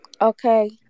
Okay